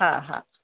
हा हा